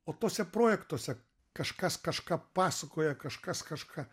o tuose projektuose kažkas kažką pasakoja kažkas kažką